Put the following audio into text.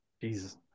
Jesus